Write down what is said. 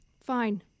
Fine